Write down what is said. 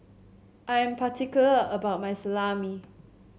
I am particular about my Salami